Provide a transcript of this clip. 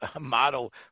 model